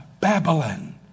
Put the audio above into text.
babylon